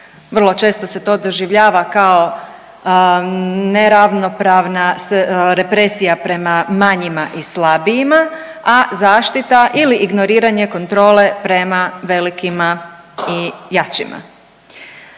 Vrlo često se to doživljava kao neravnopravna represija prema manjima i slabijima, a zaštita ili ignoriranje kontrole prema velikima i jačima.